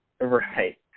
Right